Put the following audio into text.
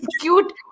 cute